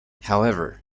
however